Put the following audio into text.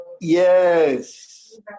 Yes